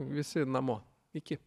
visi namo iki